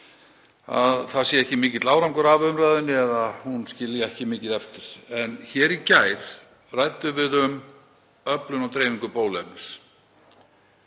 að ekki sé mikill árangur af umræðunni eða að hún skilji ekki mikið eftir. En í gær ræddum við um öflun og dreifingu bóluefnis